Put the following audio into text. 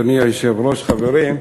אדוני היושב-ראש, חברים,